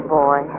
boy